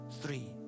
three